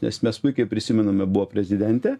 nes mes puikiai prisimename buvo prezidentė